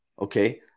Okay